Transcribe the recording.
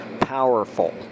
Powerful